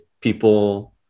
people